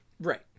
Right